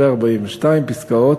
ו-42 פסקאות (1),